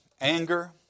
anger